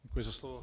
Děkuji za slovo.